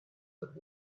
but